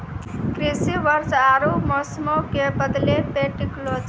कृषि वर्षा आरु मौसमो के बदलै पे टिकलो छै